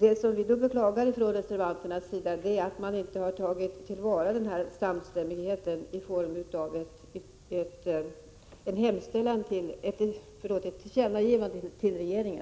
Vad vi från reservanternas sida beklagar är att man inte har tagit till vara denna samstämmighet i form av ett tillkännagivande till regeringen.